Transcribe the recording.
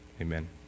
amen